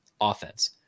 offense